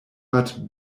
but